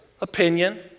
Opinion